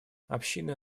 общины